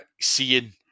seeing